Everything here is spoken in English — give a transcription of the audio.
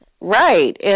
Right